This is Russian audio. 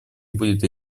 будет